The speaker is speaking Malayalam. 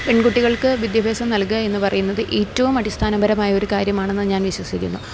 പെൺകുട്ടികൾക്ക് വിദ്യാഭ്യാസം നൽകുക എന്ന് പറയുന്നത് ഏറ്റവും അടിസ്ഥാനപരമായൊരു കാര്യമാണെന്ന് ഞാൻ വിശ്വസിക്കുന്നു